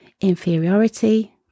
inferiority